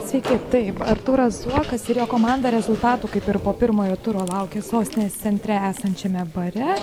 sveiki taip artūras zuokas ir jo komanda rezultatų kaip ir po pirmojo turo laukia sostinės centre esančiame bare